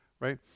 right